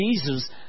Jesus